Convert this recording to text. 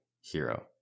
hero